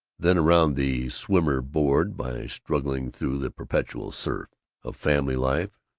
then round the swimmer, bored by struggling through the perpetual surf of family life,